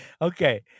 Okay